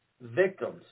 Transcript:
victims